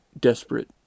desperate